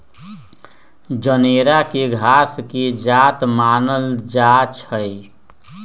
जनेरा के घास के जात मानल जाइ छइ